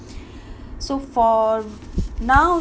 so for now